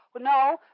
No